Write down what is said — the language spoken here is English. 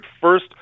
first